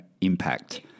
impact